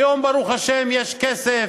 היום, ברוך השם, יש כסף.